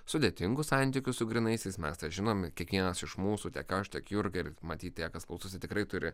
sudėtingus santykius su grynaisiais mes tą žinom kiekvienas iš mūsų tiek aš tiek jurga ir matyt tie kas klausosi tikrai turi